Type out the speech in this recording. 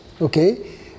okay